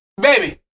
baby